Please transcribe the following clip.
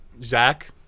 Zach